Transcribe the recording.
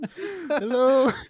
Hello